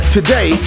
Today